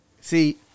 See